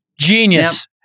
genius